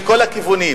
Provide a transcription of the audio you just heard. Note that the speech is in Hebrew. מכל הכיוונים,